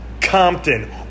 Compton